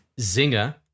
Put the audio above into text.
Zinger